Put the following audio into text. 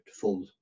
full